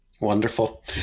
Wonderful